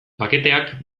paketeak